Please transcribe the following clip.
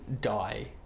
die